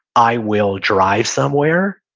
i will drive somewhere,